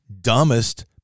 dumbest